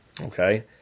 Okay